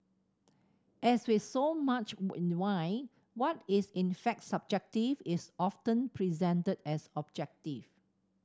as with so much in wine what is in fact subjective is often presented as objective